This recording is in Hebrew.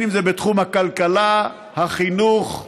אם זה בתחום הכלכלה, החינוך,